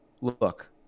look